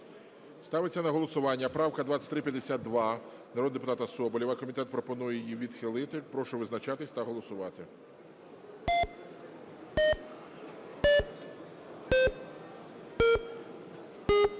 Ставиться на голосування правка 2352 народного депутата Соболєва. Комітет пропонує її відхилити. Прошу визначатись та голосувати.